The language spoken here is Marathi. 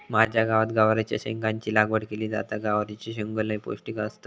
माझ्या गावात गवारीच्या शेंगाची लागवड केली जाता, गवारीचे शेंगो लय पौष्टिक असतत